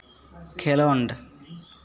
ᱠᱷᱮᱞᱳᱸᱰ